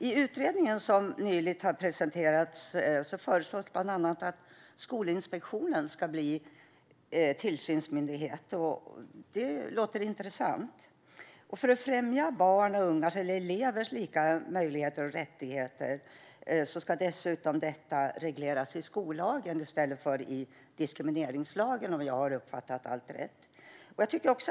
I utredningen som nyligen har presenterats föreslås bland annat att Skolinspektionen ska bli tillsynsmyndighet. Det låter intressant. För att främja barns och ungas - elevers - lika möjligheter och rättigheter ska dessutom detta regleras i skollagen i stället för i diskrimineringslagen, om jag har uppfattat allt rätt.